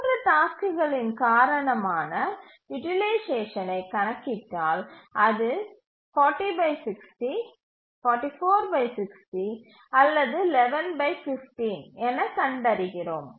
3 டாஸ்க்குகளின் காரணமான யூட்டிலைசேஷனை கணக்கிட்டால் அது அல்லது எனக் கண்டறிகிறோம்